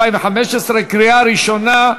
התשע"ו 2015, קריאה ראשונה.